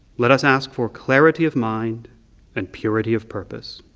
let us ask for clarity of mind and purity of purpose.